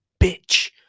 bitch